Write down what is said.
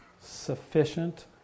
sufficient